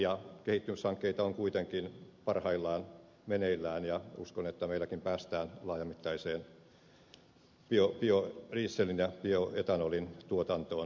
monia kehittämishankkeita on kuitenkin parhaillaan meneillään ja uskon että meilläkin päästään laajamittaiseen biodieselin ja bioetanolin tuotantoon lähivuosina